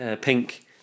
pink